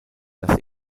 das